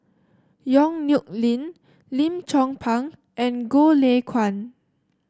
Yong Nyuk Lin Lim Chong Pang and Goh Lay Kuan